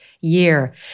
year